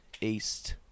east